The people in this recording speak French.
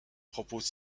propose